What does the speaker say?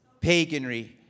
paganry